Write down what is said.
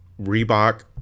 Reebok